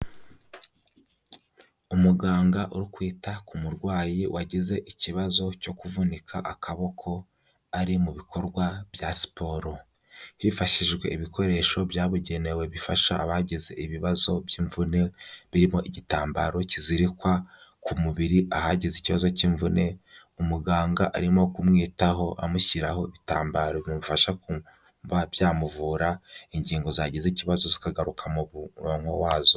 Umuganga uri kwita ku murwayi wagize ikibazo cyo kuvunika akaboko ari mu bikorwa bya siporo, hifashishijwe ibikoresho byabugenewe bifasha abagize ibibazo by'imvune, birimo igitambaro kizirikwa ku mubiri ahagize ikibazo cy'imvune, umuganga arimo kumwitaho amushyiraho ibitambaro bimufasha kuba byamuvura ingingo zagize ikibazo zikagaruka mu murongo wazo.